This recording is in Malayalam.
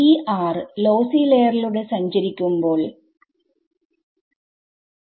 ഈ ലോസ്സി ലയർ ലൂടെ സഞ്ചരിക്കേണ്ടതുണ്ട്